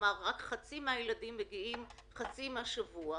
שרק חצי מהילדים יגיעו לחצי מהשבוע,